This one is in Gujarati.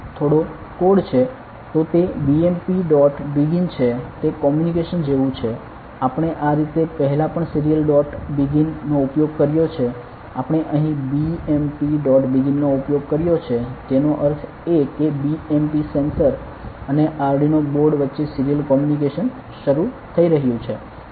તો તે bmp ડોટ બિગિન છે તે કોમ્યુનિકેશન જેવું છે આપણે આ રીતે પહેલાં પણ સીરીયલ ડોટ બિગિન નો ઉપયોગ કર્યો છે આપણે અહીં bmp ડોટ બિગિનનો ઉપયોગ કર્યો છે તેનો અર્થ એ કે bmp સેન્સર અને આરડ્યુનો બોર્ડ વચ્ચે સિરીયલ કમ્યુનિકેશન શરૂ થઈ રહ્યું છે